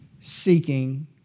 Seeking